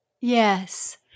Yes